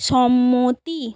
সম্মতি